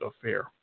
affair